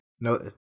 No